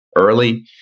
early